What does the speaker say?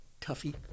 Tuffy